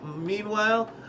Meanwhile